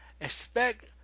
expect